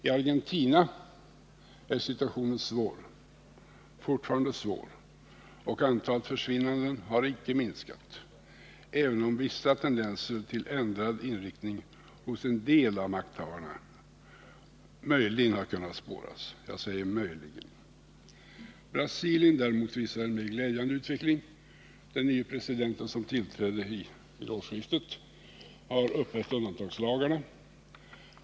I Argentina är situationen fortfarande svår, och antalet försvinnanden har icke minskat, även om vissa tendenser till ändrad inriktning hos en del av makthavarna möjligen — jag säger möjligen — har kunnat spåras. Brasilien däremot visar en mer glädjande utveckling. Den nye presidenten, som tillträdde vid årsskiftet, har upphävt undantagslagarna.